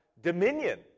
dominion